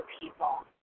people